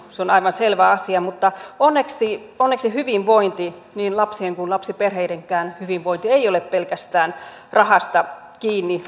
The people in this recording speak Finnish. se on aivan selvä asia mutta onneksi hyvinvointi niin lapsien kuin lapsiperheidenkään hyvinvointi ei ole pelkästään rahasta kiinni